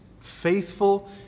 faithful